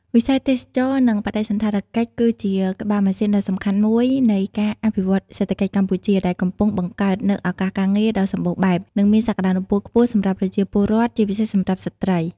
វិស័យទេសចរណ៍ និងបដិសណ្ឋារកិច្ចគឺជា ក្បាលម៉ាស៊ីនដ៏សំខាន់មួយនៃការអភិវឌ្ឍសេដ្ឋកិច្ចកម្ពុជា ដែលកំពុងបង្កើតនូវឱកាសការងារដ៏សម្បូរបែប និងមានសក្តានុពលខ្ពស់សម្រាប់ប្រជាពលរដ្ឋ ជាពិសេសសម្រាប់ស្ត្រី។